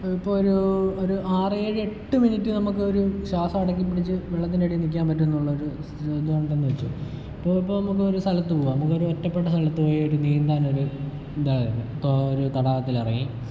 ഇപ്പ ഒരു ഒരു ആറേഴ് എട്ട് മിനിറ്റ് നമുക്ക് ഒരു ശ്വാസം അടക്കി പിടിച്ച് വെള്ളത്തിൻ്റെ അടിയിൽ നിൽക്കാൻ പറ്റും എന്നുള്ളൊരു ഇത് ഉണ്ടെന്ന് വെച്ചോളൂ ഇപ്പോൾ ഇപ്പോൾ നമുക്ക് ഒരു സ്ഥലത്ത് പോകാം ഒരു ഒറ്റപ്പെട്ട സ്ഥലത്ത് പോയി ഒരു നീന്താൻ ഒരു എന്താ ഇപ്പോൾ ഒരു തടാകത്തിലിറങ്ങി